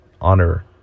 honor